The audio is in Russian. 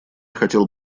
хотел